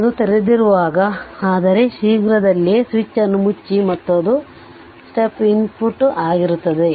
ಅದು ತೆರೆದಿರುವಾಗ ಆದರೆ ಶೀಘ್ರದಲ್ಲೇ ಸ್ವಿಚ್ ಅನ್ನು ಮುಚ್ಚಿ ಮತ್ತು ಅದು ಸ್ಟೆಪ್ ಇನ್ಪುಟ್ ಆಗಿರುತ್ತದೆ